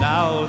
Now